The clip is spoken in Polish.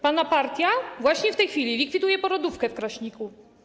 Pana partia właśnie w tej chwili likwiduje porodówkę w Kraśniku.